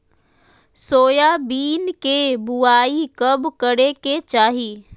Soybean के बुआई कब करे के चाहि?